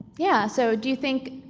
yeah, so do you think